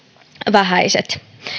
vähäiset